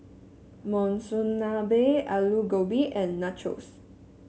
Monsunabe Alu Gobi and Nachos